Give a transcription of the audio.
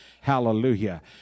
Hallelujah